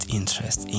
interest